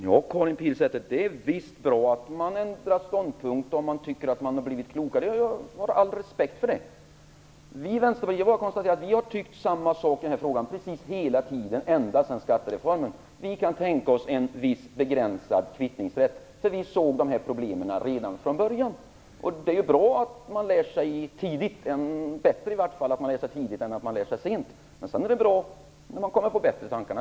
Fru talman! Det är visst bra, Karin Pilsäter, att man ändrar ståndpunkt om man tycker att man har blivit klokare. Jag har all respekt för att man gör det. Vi i Vänsterpartiet har tyckt samma sak i den här frågan precis hela tiden, ända sedan skattereformen. Vi kan tänka oss en viss, begränsad kvittningsrätt. Vi såg de här problemen redan från början. Det är bättre att man lär sig tidigt än att man lär sig sent, men sedan är det naturligtvis bra när man kommer på bättre tankar.